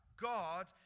God